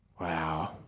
Wow